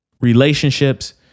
Relationships